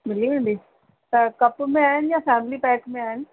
मिली वेंदी पर त कप में आहिनि या फैमिली पैक में आहिनि